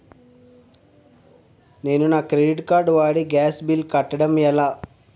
నేను నా credit card వాడి గ్యాస్ బిల్లు కట్టడం ఎలా?